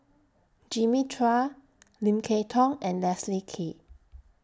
Jimmy Chua Lim Kay Tong and Leslie Kee